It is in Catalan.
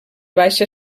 baixa